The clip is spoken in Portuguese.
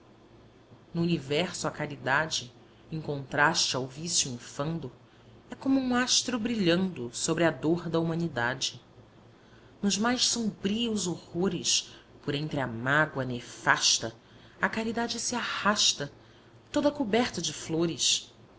no universo a caridade em contraste ao vício infando é como um astro brilhando sobre a dor da humanidade nos mais sombrios horrores por entre a mágoa nefasta a caridade se arrasta toda coberta de flores